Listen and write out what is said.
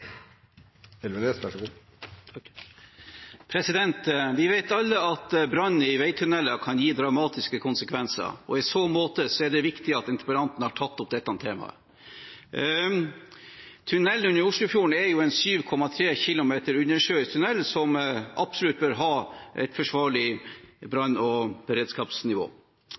Vi vet alle at brann i veitunneler kan få dramatiske konsekvenser, og i så måte er det viktig at interpellanten har tatt opp dette temaet. Tunnelen under Oslofjorden er en 7,3 km undersjøisk tunnel som absolutt bør ha et forsvarlig brann- og beredskapsnivå.